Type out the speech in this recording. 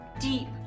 deep